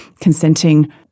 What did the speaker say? consenting